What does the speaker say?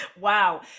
wow